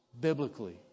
biblically